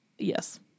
Yes